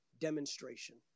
demonstration